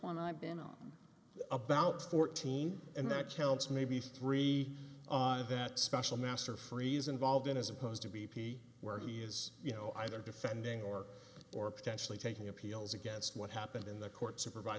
one i've been on about fourteen and that helps maybe three that special master frees involved in as opposed to b p where he is you know either defending or or potentially taking appeals against what happened in the court supervise